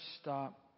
stop